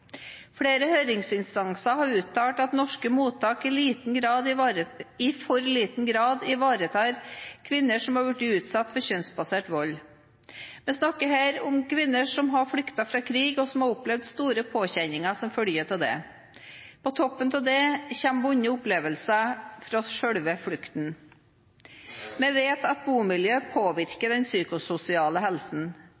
Flere høringsinstanser har uttalt at norske mottak i for liten grad ivaretar kvinner som er blitt utsatt for kjønnsbasert vold. Vi snakker her om kvinner som har flyktet fra krig, og som har opplevd store påkjenninger som følge av det. På toppen av det kommer vonde opplevelser fra selve flukten. Vi vet at bomiljø påvirker